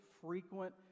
frequent